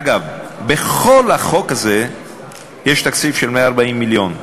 אגב, בכל החוק הזה יש תקציב של 140 מיליון,